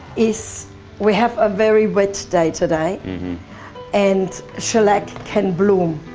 is we have a very wet day today and shellac can bloom.